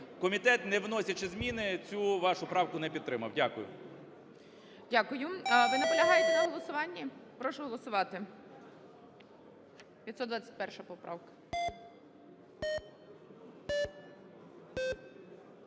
Комітет, не вносячи зміни, цю вашу правку не підтримав. Дякую. ГОЛОВУЮЧИЙ. Дякую. Ви наполягаєте на голосуванні? Прошу голосувати. 521 поправка.